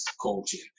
coaching